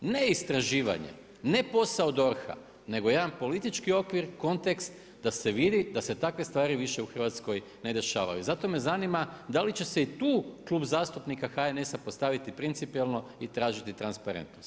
Ne istraživanje, ne posao DORH-a, nego jedna politički okvir, kontekst, da se vidi da se takve stvari više u Hrvatskoj ne dešavaju zato me zanima da li će se i tu Klub zastupnika HNS-a ostaviti principijelno i tražiti transparentnost.